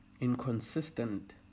inconsistent